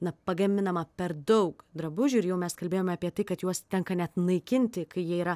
na pagaminama per daug drabužių ir jau mes kalbėjome apie tai kad juos tenka net naikinti kai jie yra